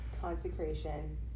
consecration